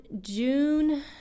June